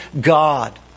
God